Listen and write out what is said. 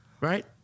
right